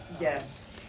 Yes